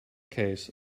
case